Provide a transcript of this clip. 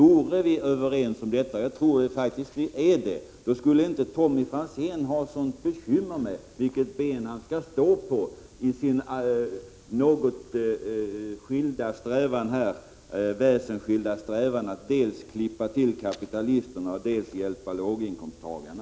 Om vi vore överens om detta — jag tror faktiskt att vi är det — skulle inte Tommy Franzén ha sådant bekymmer med att avgöra på vilket ben han skall stå i sin strävan att dels klippa till kapitalisterna, dels hjälpa låginkomsttagarna.